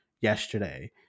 yesterday